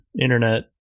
internet